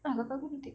ah kakak aku retake